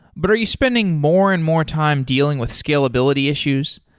but are you spending more and more time dealing with scalability issues?